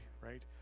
right